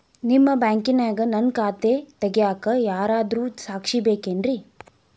ನಿಮ್ಮ ಬ್ಯಾಂಕಿನ್ಯಾಗ ನನ್ನ ಖಾತೆ ತೆಗೆಯಾಕ್ ಯಾರಾದ್ರೂ ಸಾಕ್ಷಿ ಬೇಕೇನ್ರಿ?